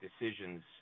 decisions